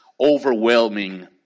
overwhelming